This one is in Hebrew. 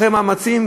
אחרי מאמצים,